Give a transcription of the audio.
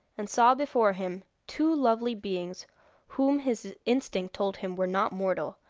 and saw before him two lovely beings whom his instinct told him were not mortal,